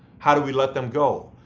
how do we let them go?